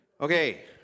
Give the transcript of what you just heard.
Okay